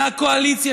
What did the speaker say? מהקואליציה,